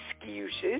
excuses